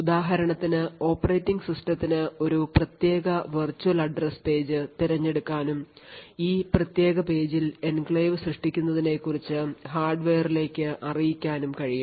ഉദാഹരണത്തിന് ഓപ്പറേറ്റിംഗ് സിസ്റ്റത്തിന് ഒരു പ്രത്യേക വിർച്വൽ address പേജ് തിരഞ്ഞെടുക്കാനും ഈ പ്രത്യേക പേജിൽ എൻക്ലേവ് സൃഷ്ടിക്കേണ്ടതിനെക്കുറിച്ചു ഹാർഡ്വെയറിലേക്ക് അറിയിക്കാനും കഴിയും